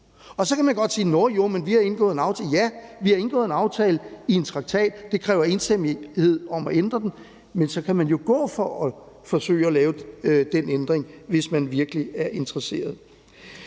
en aftale osv. Ja, vi har indgået en aftale i en traktat. Det kræver enstemmighed at ændre den, men så man kan man jo gå efter at forsøge at lave den ændring, hvis man virkelig er interesseret